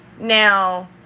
now